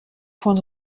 point